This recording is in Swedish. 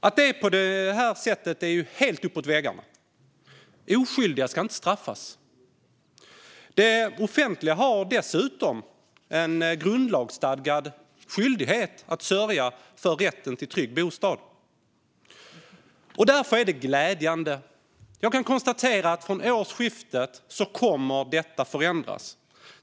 Att det är på detta sätt är helt uppåt väggarna. Oskyldiga ska inte straffas. Det offentliga har dessutom en grundlagsstadgad skyldighet att sörja för rätten till trygg bostad. Därför är det glädjande att kunna konstatera att detta kommer att förändras från årsskiftet.